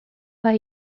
bai